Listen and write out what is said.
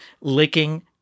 licking